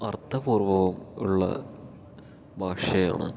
അർത്ഥപൂർവ്വവും ഉള്ള ഭാഷയാണ്